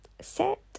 set